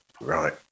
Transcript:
right